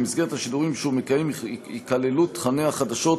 ובמסגרת השידורים שהוא מקיים ייכללו תוכני החדשות